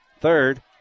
third